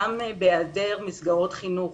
גם בהיעדר מסגרות חינוך